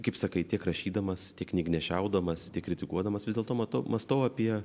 kaip sakai tiek rašydamas tiek knygnešiaudamas tiek kritikuodamas vis dėlto matau mąstau apie